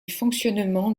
fonctionnement